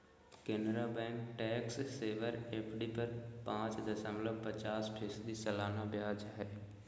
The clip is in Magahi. Canara bank tax saver FD पर पाच दशमलब पचास फीसदी सालाना ब्याज हइ